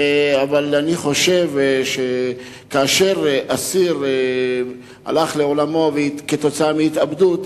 אבל אני חושב שכאשר אסיר הלך לעולמו כתוצאה מהתאבדות,